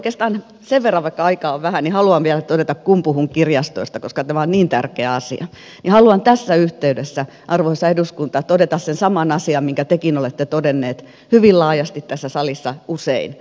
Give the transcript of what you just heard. oikeastaan sen verran vaikka aikaa on vähän haluan vielä todeta kun puhun kirjastoista koska tämä on niin tärkeä asia että haluan tässä yhteydessä arvoisa eduskunta todeta sen saman asian minkä tekin olette todenneet hyvin laajasti tässä salissa usein